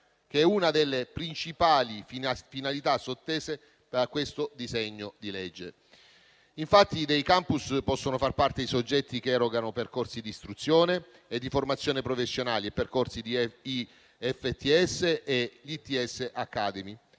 che è una delle principali finalità sottese da questo disegno di legge. Infatti dei *campus* possono far parte i soggetti che erogano percorsi di istruzione e di formazione professionale (percorsi di IFTS e ITS Academy),